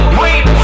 wait